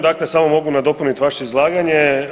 Dakle samo mogu nadopuniti vaše izlaganje.